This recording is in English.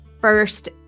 first